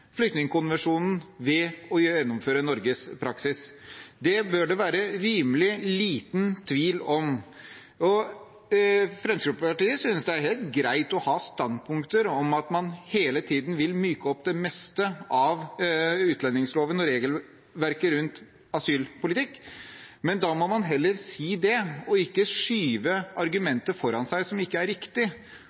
flyktningkonvensjonen ved å gjennomføre Norges praksis. Det bør det være rimelig liten tvil om. Fremskrittspartiet synes det er helt greit å ha standpunkter om at man hele tiden vil myke opp det meste av utlendingsloven og regelverket rundt asylpolitikk, men da må man heller si det og ikke skyve argumenter foran seg som ikke er